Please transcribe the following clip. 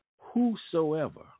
whosoever